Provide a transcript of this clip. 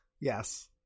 yes